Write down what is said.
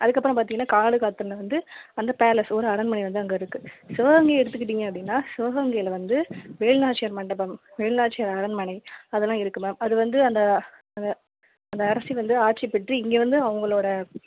அதுக்கப்புறம் பார்த்தீங்கன்னா கானாடுகாத்தானில் வந்து அந்த பேலஸ் ஒரு அரண்மனை வந்து அங்கே இருக்குது சிவகங்கையை எடுத்துக்கிட்டீங்க அப்படின்னா சிவகங்கையில் வந்து வேலுநாச்சியார் மண்டபம் வேலுநாச்சியார் அரண்மனை அதெல்லாம் இருக்குது மேம் அது வந்து அந்த அந்த அரசி வந்து ஆட்சிப்பெற்று இங்கே வந்து அவங்களோட